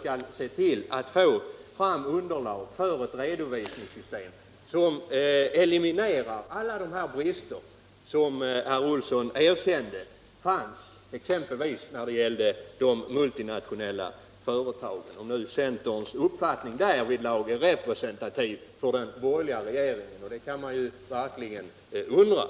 skall se till att få fram underlag för ett redovisningssystem som eliminerar alla de brister exempelvis när det gäller de multinationella företagen som herr Olsson erkände finns - om nu centerns uppfattning därvidlag är representativ för den borgerliga regeringen, vilket man verkligen kan undra.